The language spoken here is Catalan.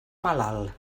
malalt